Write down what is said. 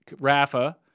Rafa